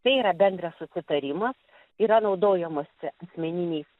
tai yra bendras susitarimas yra naudojimosi asmeniniais